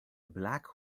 black